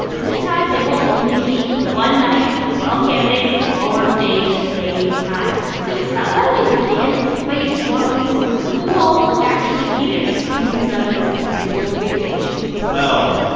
and this time, there will only be one night, twelve candidates, all on stage at the same time. so, scott, why don't we begin by you just walking us through who all will actually be there squeezed onto this single debate stage? twelve.